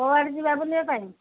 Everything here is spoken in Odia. କୁଆଡ଼େ ଯିବା ବୁଲିବା ପାଇଁ